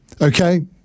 Okay